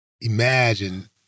imagine